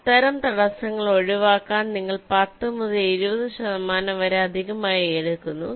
അത്തരം തടസ്സങ്ങൾ ഒഴിവാക്കാൻ നിങ്ങൾ 10 മുതൽ 20 ശതമാനം വരെ അധികമായി എടുക്കുന്നു